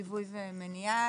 ליווי ומניעה,